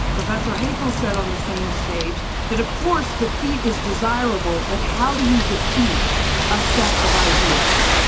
professor haykel said on the same stage that, of course, defeat is desirable. but how do you defeat a set of ideas?